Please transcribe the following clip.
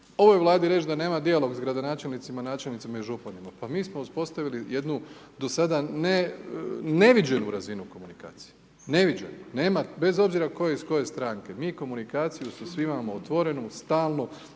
Ovoj Vladi reč da nema dijalog s gradonačelnicima, načelnicima i županima pa mi smo uspostavili jednu do sada neviđenu razinu komunikacije, neviđenu, nema bez obzira ko je iz koje stranke mi komunikaciju sa svima imamo otvorenu, stalnu,